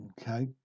okay